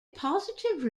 positive